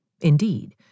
Indeed